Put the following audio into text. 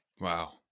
Wow